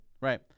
Right